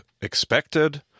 expected